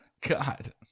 God